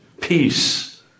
peace